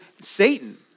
Satan